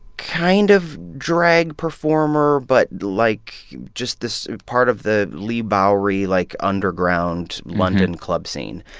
kind of drag performer but, like, just this part of the leigh bowery, like, underground london club scene.